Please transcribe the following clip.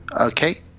Okay